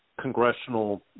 congressional